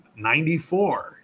94